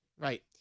Right